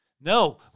No